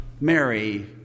Mary